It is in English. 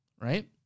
Right